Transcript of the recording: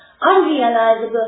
unrealizable